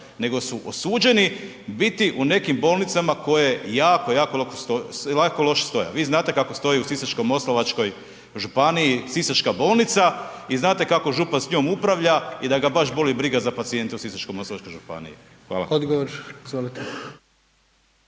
nego su osuđeni biti u nekim bolnicama koje jako, jako loše stoje. Vi znate kako stoji u Sisačko-moslavačkoj županiji, sisačka bolnica i znate kako župan s njom upravlja i da ga baš boli briga za pacijente u Sisačko-moslavačkoj županiji. Hvala.